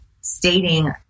stating